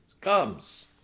comes